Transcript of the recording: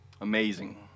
Amazing